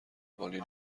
قوانین